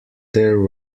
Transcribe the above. there